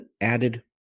added